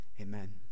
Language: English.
Amen